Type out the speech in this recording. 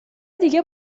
دیگه